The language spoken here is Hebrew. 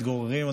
מתגוררים,